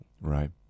right